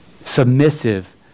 submissive